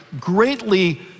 greatly